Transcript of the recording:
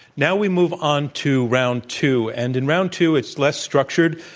now we move on to round two. and in round two, it's less structured.